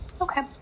Okay